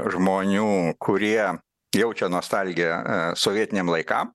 žmonių kurie jaučia nostalgiją sovietiniam laikam